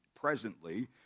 presently